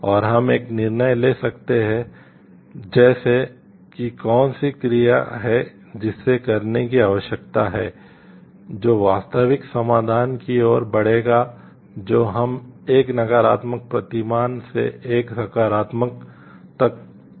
और हम एक निर्णय ले सकते हैं जैसे कि कौन सी क्रिया है जिसे करने की आवश्यकता है जो वास्तविक समाधान की ओर बढ़ेगा जो हम एक नकारात्मक प्रतिमान से एक सकारात्मक तक प्रदान कर रहे हैं